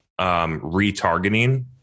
retargeting